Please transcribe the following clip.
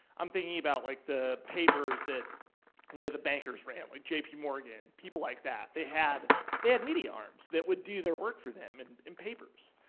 i'm thinking about like the papers that and yeah the bankers ran with j p. morgan, people like that. they had they had media arms that would do their work for them, and and papers.